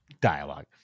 dialogue